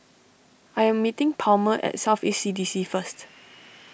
I am meeting Palmer at South East C D C first